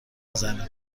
میزنیم